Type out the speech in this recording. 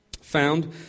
found